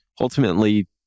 ultimately